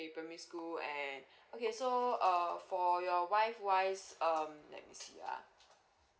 primary school and okay so err for your wife wise um let me see ah